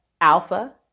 Alpha